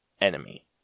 enemy